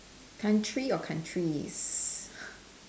country or countries